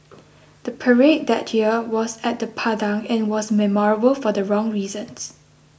the parade that year was at the Padang and was memorable for the wrong reasons